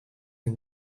een